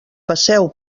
passeu